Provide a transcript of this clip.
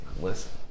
Listen